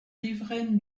riveraines